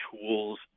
tools